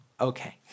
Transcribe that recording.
Okay